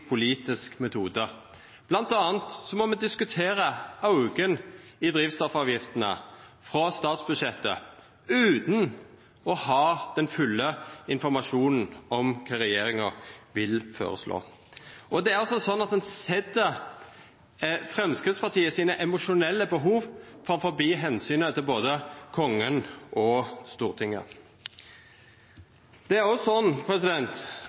politisk metode. Blant anna må me diskutera auken i drivstoffavgiftene frå statsbudsjettet utan å ha den fulle informasjonen om kva regjeringa vil føreslå. Det er altså sånn at ein set Framstegspartiet sine emosjonelle behov framfor omsynet til både Kongen og Stortinget. Og når Framstegspartiet innfører og får vedteke 40 mrd. kr i nye bompengar, er